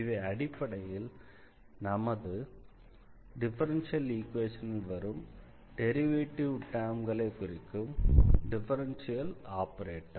இவை அடிப்படையில் நமது டிஃபரன்ஷியல் ஈக்வேஷனில் வரும் டெரிவேட்டிவ் டெர்ம்களை குறிக்கும் டிஃபரன்ஷியல் ஆபரேட்டர்